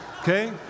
Okay